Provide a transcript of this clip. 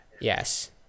yes